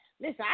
Listen